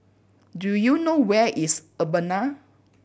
do you know where is Urbana